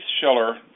Schiller